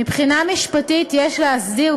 מבחינה משפטית יש להסדיר,